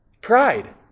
Pride